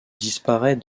disparaît